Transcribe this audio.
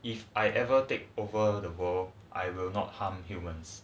if I ever take over the world I will not harm humans